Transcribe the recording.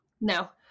no